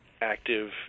active